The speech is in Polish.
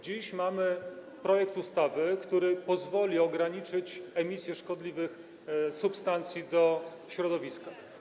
Dziś mamy projekt ustawy, który pozwoli ograniczyć emisję szkodliwych substancji do środowiska.